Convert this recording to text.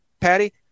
Patty